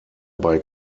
bei